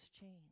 change